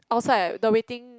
outside the waiting